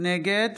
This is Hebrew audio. נגד